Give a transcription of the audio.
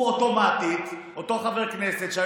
אוטומטית אותו חבר כנסת,